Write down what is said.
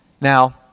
Now